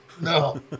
No